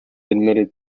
admitted